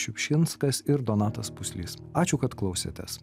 šiupšinskas ir donatas puslys ačiū kad klausėtės